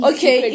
Okay